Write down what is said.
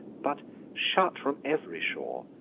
but shut from ev'ry shore,